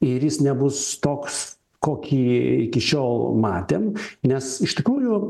ir jis nebus toks kokį iki šiol matėm nes iš tikrųjų